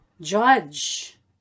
Judge